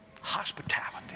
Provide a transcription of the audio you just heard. hospitality